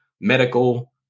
medical